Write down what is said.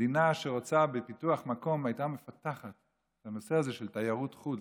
מדינה שרוצה בפיתוח מקום הייתה מפתחת את הנושא הזה של תיירות חו"ל